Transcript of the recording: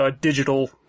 digital